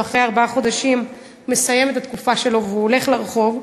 ואחרי ארבעה חודשים מסיים את התקופה שלו והולך לרחוב,